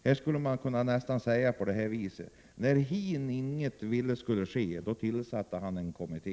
Man skulle kunna säga så här: När hin inget ville skulle ske, tillsatte han en kommitté.